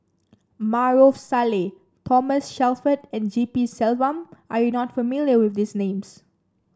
Maarof Salleh Thomas Shelford and G P Selvam are you not familiar with these names